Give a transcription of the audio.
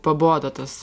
pabodo tas